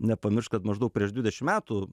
nepamiršt kad maždaug prieš dvidešim metų